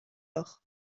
lors